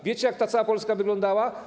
Wiecie, jak ta cała Polska wyglądała?